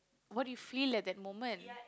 what you feel at that moment